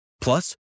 Plus